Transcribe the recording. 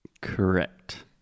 Correct